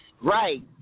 Right